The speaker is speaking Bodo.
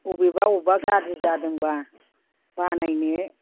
अबेबा अबेबा गाज्रि जादोंब्ला बानायनो